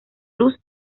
luz